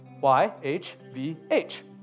Y-H-V-H